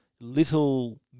little